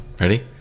Ready